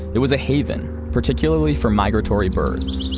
it was a haven. particularly for migratory birds